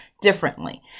differently